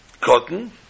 Cotton